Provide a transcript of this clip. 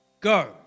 Go